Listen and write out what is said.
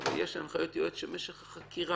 אבל יש הנחיות יועץ שמשך החקירה,